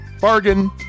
Bargain